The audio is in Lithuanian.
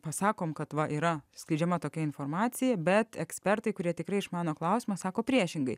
pasakom kad va yra skleidžiama tokia informacija bet ekspertai kurie tikrai išmano klausimą sako priešingai